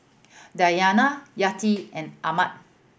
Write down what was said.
Diyana Yati and Ahmad